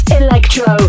electro